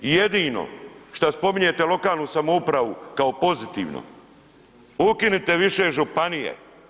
Jedino što spominjete lokalnu samoupravu kao pozitivno, ukinite više županije.